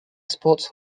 sports